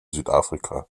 südafrika